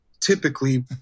typically